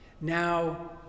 Now